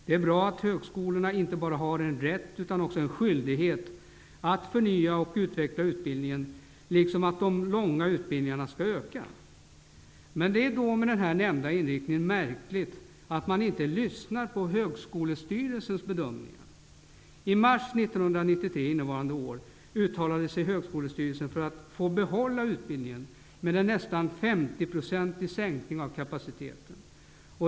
Det är bra att högskolorna inte bara har en rätt, utan också en skyldighet, att förnya och utveckla utbildningen, liksom att de långa utbildningarna skall öka. Det är då, med nämnda inriktning, märkligt att man inte lyssnar på Högskolestyrelsens bedömningar. I mars 1993 uttalade sig Högskolestyrelsen för att få behålla utbildningen, men med en nästan 50 procentig sänkning av kapaciteten.